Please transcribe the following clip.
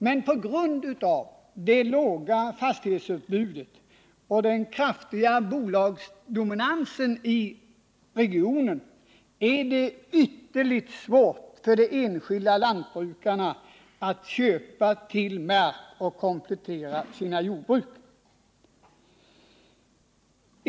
Men på grund av det låga fastighetsutbudet och den kraftiga bolagsdominansen i regionen är det ytterligt svårt för de enskilda lantbrukarna att köpa till mark för att komplettera sina jordbruk.